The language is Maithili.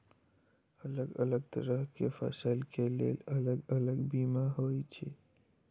अलग अलग तरह केँ फसल केँ लेल अलग अलग बीमा होइ छै?